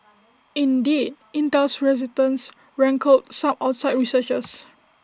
indeed Intel's reticence rankled some outside researchers